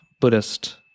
Buddhist